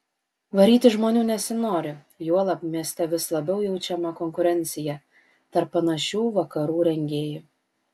varyti žmonių nesinori juolab mieste vis labiau jaučiama konkurencija tarp panašių vakarų rengėjų